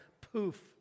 poof